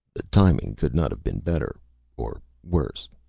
the timing could not have been better or worse.